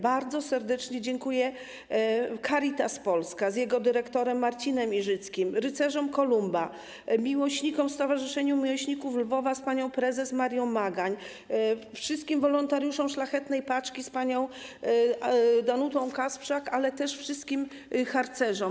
Bardzo serdecznie dziękuję Caritas Polska z jego dyrektorem Marcinem Iżyckim, rycerzom Kolumba, stowarzyszeniu miłośników Lwowa z panią prezes Marią Magoń, wszystkim wolontariuszom Szlachetnej Paczki z panią Danutą Kacprzak, ale też wszystkim harcerzom.